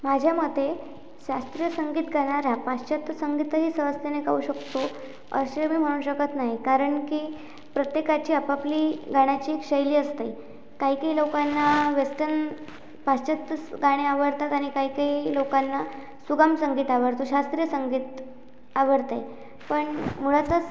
माझ्या मते शास्त्रीय संगीत गाणारा पाश्चात्य संगीतही सहजतेने गाऊ शकतो असे मी म्हणू शकत नाही कारण की प्रत्येकाची आपापली गाण्याची एक शैली असते काही काही लोकांना वेस्टन पाश्चात्य गाणे आवडतात आणि काही काही लोकांना सुगम संगीत आवडतो शास्त्रीय संगीत आवडते पण मुळातच